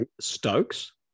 Stokes